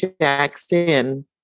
Jackson